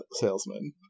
salesman